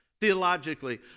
theologically